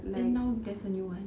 then now there's a new one